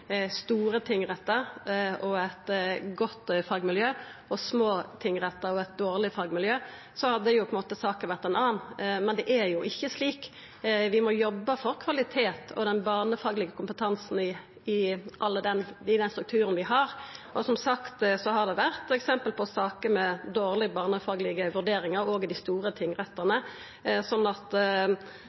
store tingrettar og eit godt fagmiljø, og små tingrettar og eit dårleg fagmiljø, ville saka ha vore ein annan – men det er jo ikkje slik. Vi må jobba for kvalitet og den barnefaglege kompetansen i den strukturen vi har, og som sagt har det vore eksempel på saker med dårlege barnefaglege vurderingar òg i dei store tingrettane.